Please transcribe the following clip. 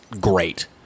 great